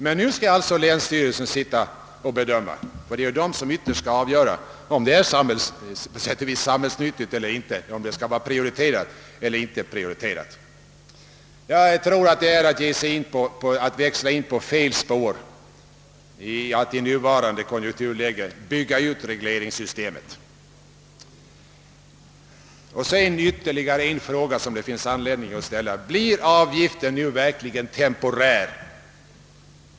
Men nu skall alltså länsstyrelsen bedöma det — det är den som ytterst skall avgöra om ett bygge är samhällsnyttigt eller inte, om det skall vara prioriterat eller inte prioriterat. Att i nuvarande konjunkturläge bygga ut regleringssystemet tror jag är att växla in på fel spår. Så till sist en fråga som det finns anledning att ställa: Blir avgiften nu verkligen temporär?